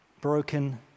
broken